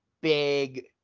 big